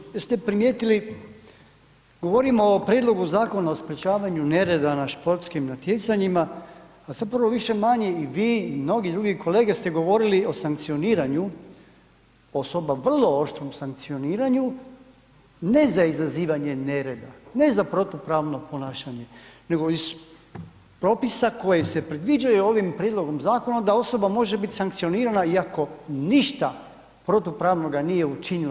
Kolega Đujić, jeste primijetili govorimo o Prijedlogu zakona o sprečavanju nereda na sportskim natjecanjima, a zapravo više-manje i vi i mnogi drugi kolege ste govorili o sankcioniranju, … o vrlo oštrom sankcioniranju ne za izazivanje nereda, ne za protupravno ponašanje nego iz propisa koji se predviđaju ovim prijedlogom zakona da osoba može biti sankcionirana iako ništa protupravnoga nije učinila.